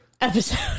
episode